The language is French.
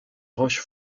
roche